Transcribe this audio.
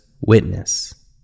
witness